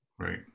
right